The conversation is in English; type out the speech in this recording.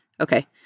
Okay